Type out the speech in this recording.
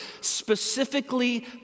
specifically